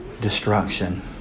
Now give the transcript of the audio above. destruction